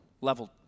leveled